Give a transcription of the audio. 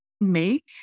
make